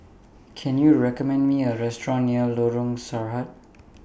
Can YOU recommend Me A Restaurant near Lorong Sarhad